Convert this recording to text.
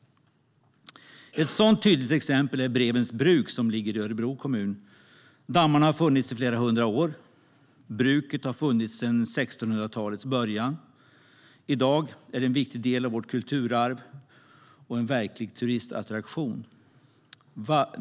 Ett sådant tydligt exempel är Brevens Bruk, som ligger i Örebro kommun. Dammarna har funnits i flera hundra år. Bruket har funnits sedan 1600-talets början. I dag är det en viktig del av vårt kulturarv och en verklig turistattraktion.